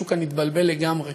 משהו כאן התבלבל לגמרי.